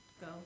go